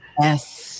Yes